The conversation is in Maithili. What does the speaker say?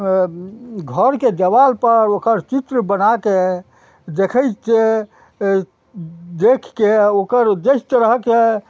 घरके देवालपर ओकर चित्र बनाके देखय छियै देखके ओकर जहि तरहके